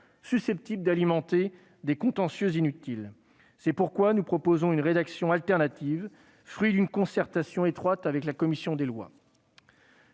susceptibles d'alimenter des contentieux inutiles. C'est pourquoi nous proposerons une rédaction alternative, fruit d'une concertation étroite avec la commission des lois.